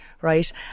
right